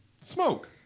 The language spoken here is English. smoke